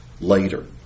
later